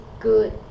good